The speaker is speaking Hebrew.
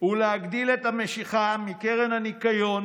ולהגדיל את המשיכה מקרן הניקיון,